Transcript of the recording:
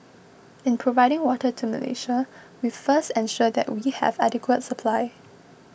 in providing water to Malaysia we first ensure that we have adequate supply